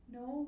no